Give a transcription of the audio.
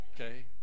okay